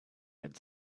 had